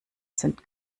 sind